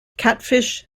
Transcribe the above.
catfish